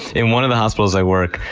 in one of the hospitals i work,